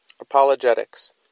Apologetics